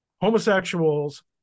homosexuals